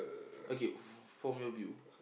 okay f~ from your view